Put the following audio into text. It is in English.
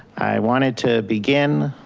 i wanted to begin